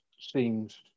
seems